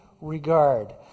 regard